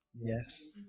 Yes